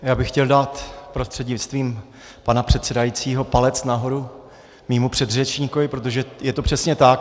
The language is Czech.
Já bych chtěl dát prostřednictvím pana předsedajícího palec nahoru svému předřečníkovi, protože je to přesně tak.